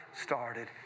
started